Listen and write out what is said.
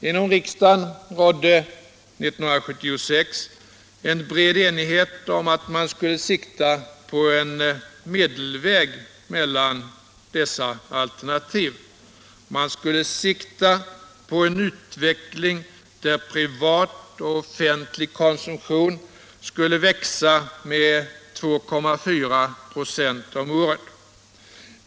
I riksdagen rådde 1976 en bred enighet om att man skulle sikta på en medelväg mellan dessa alternativ, en utveckling där privat och offentlig konsumtion skulle växa med 2,4 96 om året.